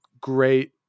great